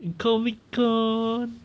comic con